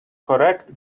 correct